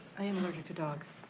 i am allergic to dogs.